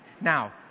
Now